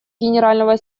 генерального